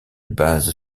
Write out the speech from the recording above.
base